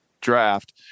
draft